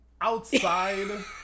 Outside